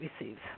receives